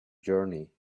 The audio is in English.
journey